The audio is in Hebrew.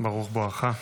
ברוך בואך.